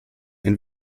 ein